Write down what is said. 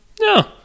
No